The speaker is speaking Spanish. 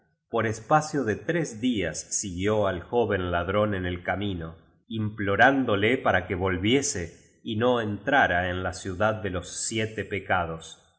por espacio de tres días siguió al joven ladrón en el camino implorándole para que volviese y no entrara en la ciudad de los siete pecados y